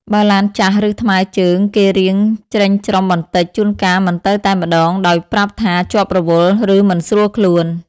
បើឡានចាស់ឬថ្មើរជើងគេរាងច្រិមច្រុមបន្តិចជួនកាលមិនទៅតែម្ដងដោយប្រាប់ថាជាប់រវល់ឬមិនស្រួលខ្លួន ។